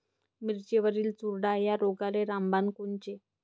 मिरचीवरील चुरडा या रोगाले रामबाण औषध कोनचे?